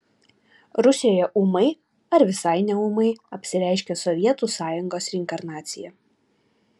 rusijoje ūmai ar visai neūmai apsireiškė sovietų sąjungos reinkarnacija